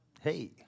hey